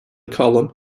column